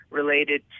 related